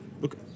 look